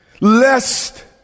Lest